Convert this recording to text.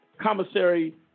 commissary